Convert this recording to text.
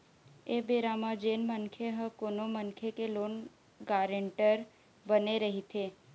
ऐ बेरा म जेन मनखे ह कोनो मनखे के लोन गारेंटर बने रहिथे